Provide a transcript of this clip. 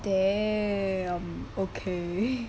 damn okay